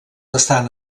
estan